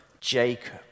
Jacob